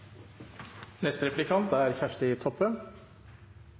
neste er